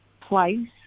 place